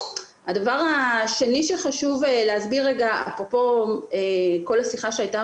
הדבר השני שחשוב להסביר אפרופו כל השיחה שהייתה